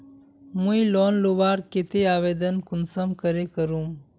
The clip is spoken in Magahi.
मुई लोन लुबार केते आवेदन कुंसम करे करूम?